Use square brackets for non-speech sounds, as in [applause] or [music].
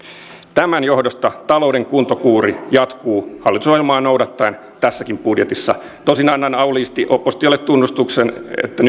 tämän johdosta talouden kuntokuuri jatkuu hallitusohjelmaa noudattaen tässäkin budjetissa tosin annan auliisti oppositiolle tunnuksen että [unintelligible]